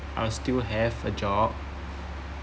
I'll still have a job